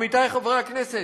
עמיתיי חברי הכנסת,